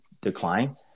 decline